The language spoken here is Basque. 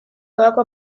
doako